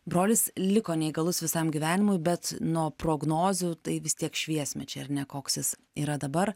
brolis liko neįgalus visam gyvenimui bet nuo prognozių tai vis tiek šviesmečiai ar ne koks jis yra dabar